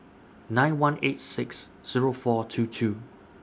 nine one eight six Zero four two two